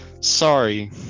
Sorry